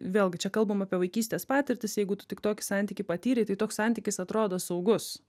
vėlgi čia kalbam apie vaikystės patirtis jeigu tu tik tokį santykį patyrei tai toks santykis atrodo saugus